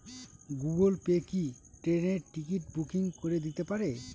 Google Pay কি ট্রেনের ticket booking করে দিতে পারে?